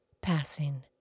passing